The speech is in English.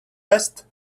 rest